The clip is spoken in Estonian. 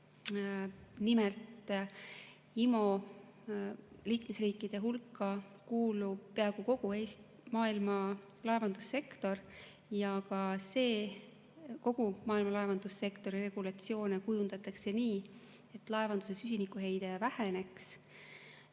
Nimelt, IMO liikmesriikide hulka kuulub peaaegu kogu maailma laevandussektor ja kogu maailma laevandussektori regulatsioone kujundatakse nii, et laevanduse süsinikuheide väheneks.